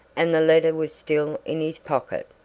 and the letter was still in his pocket.